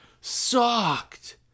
sucked